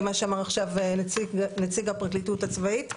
מה שאמר עכשיו נציג הפרקליטות הצבאית,